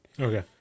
Okay